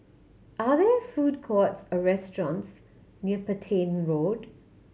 are there food courts or restaurants near Petain Road